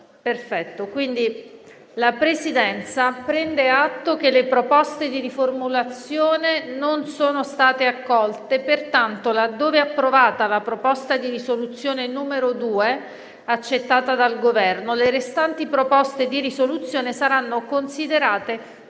La Presidenza prende atto che le proposte di riformulazione non sono state accolte. Pertanto, laddove approvata la proposta di risoluzione n. 2 (testo 2), accettata dal Governo, le restanti proposte di risoluzione saranno considerate